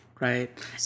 Right